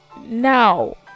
Now